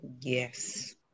Yes